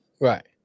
Right